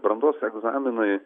brandos egzaminai